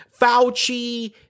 Fauci